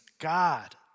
God